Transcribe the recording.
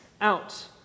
out